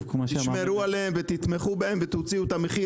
תשמרו עליהם ותתמכו בהם ותוציאו את המחיר